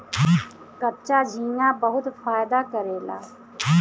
कच्चा झींगा बहुत फायदा करेला